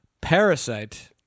Parasite